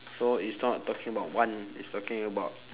so it's not talking about one it's talking about